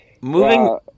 moving